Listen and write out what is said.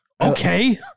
Okay